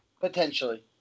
potentially